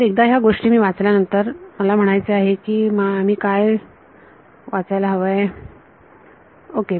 तर एकदा ह्या गोष्टी मी वाचल्या नंतर मला म्हणायचे आहे की मी काय वाचू इच्छिते